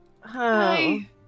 Hi